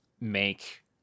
make